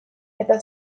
eta